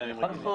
כן.